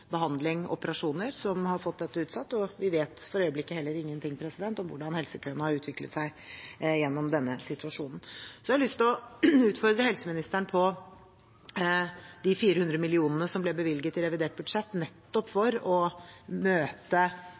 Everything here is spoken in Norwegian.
behandling og operasjoner, og som har fått dette utsatt. Vi vet for øyeblikket heller ingenting om hvordan helsekøene har utviklet seg gjennom denne situasjonen. Jeg har lyst til å utfordre helseministeren på de 400 mill. kr som ble bevilget i revidert budsjett nettopp for å møte